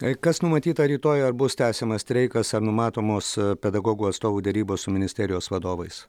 tai kas numatyta rytoj ar bus tęsiamas streikas ar numatomos pedagogų atstovų derybos su ministerijos vadovais